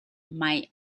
might